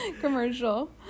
commercial